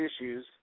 issues